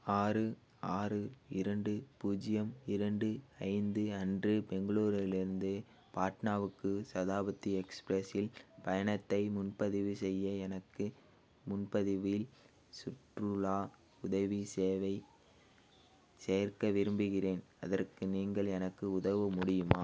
ஆறு ஆறு இரண்டு பூஜ்ஜியம் இரண்டு ஐந்து அன்று பெங்களூரிலிருந்து பாட்னாவுக்கு சதாப்தி எக்ஸ்பிரஸில் பயணத்தை முன்பதிவு செய்ய எனக்கு முன்பதிவில் சுற்றுலா உதவி சேவை சேர்க்க விரும்புகிறேன் அதற்கு நீங்கள் எனக்கு உதவ முடியுமா